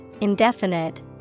indefinite